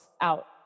out